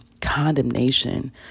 condemnation